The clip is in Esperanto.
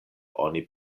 oni